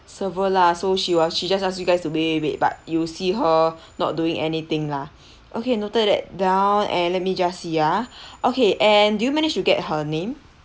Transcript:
server lah so she was she just asked you guys to wait wait wait but you see her not doing anything lah okay noted that down and let me just see ah okay and do you manage to get her name